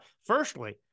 firstly